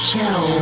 Show